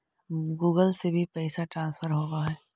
Google से भी पैसा ट्रांसफर होवहै?